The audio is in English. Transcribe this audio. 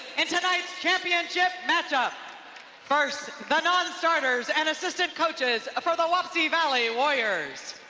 in tonight's championship matchup first, the non-starters and assistant coaches for the wapsievalley warriors.